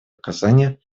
оказания